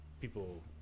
people